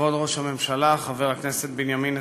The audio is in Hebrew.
כבוד ראש הממשלה חבר הכנסת בנימין נתניהו,